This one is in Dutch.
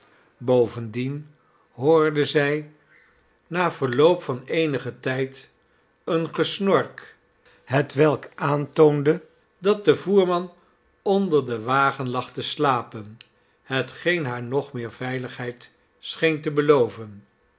bovendien hoorde zij na verloop van eenigen tijd een gesnork hetwelk aantoonde dat de voerman onder den wagen lag te slapen hetgeen haar nog meer veiligheid scheen te beloven